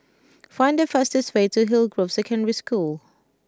find the fastest way to Hillgrove Secondary School